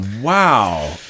wow